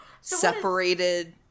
Separated